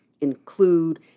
include